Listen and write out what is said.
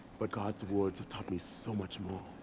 but god's words have taught me so much more.